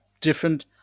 different